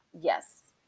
Yes